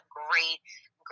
great